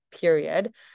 period